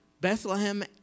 Bethlehem